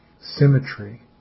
symmetry